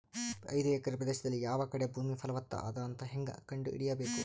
ಐದು ಎಕರೆ ಪ್ರದೇಶದಲ್ಲಿ ಯಾವ ಕಡೆ ಭೂಮಿ ಫಲವತ ಅದ ಅಂತ ಹೇಂಗ ಕಂಡ ಹಿಡಿಯಬೇಕು?